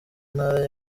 ntara